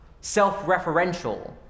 self-referential